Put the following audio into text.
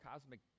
cosmic